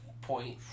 point